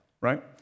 right